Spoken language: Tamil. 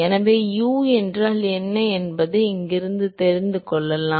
எனவே u என்றால் என்ன என்பதை இங்கிருந்து தெரிந்து கொள்ளலாம்